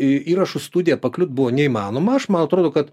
į įrašų studijąpaklūt buvo neįmanoma aš man atrodo kad